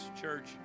church